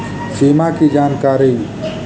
सिमा कि जानकारी?